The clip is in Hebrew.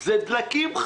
זה דלקים,